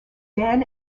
dan